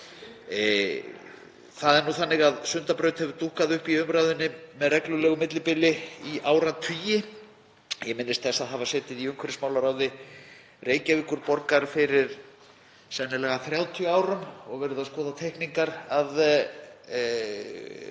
að segja. Sundabraut hefur dúkkað upp í umræðunni með reglulegu millibili í áratugi. Ég minnist þess að hafa setið í umhverfismálaráði Reykjavíkurborgar fyrir sennilega 30 árum og verið að skoða teikningar af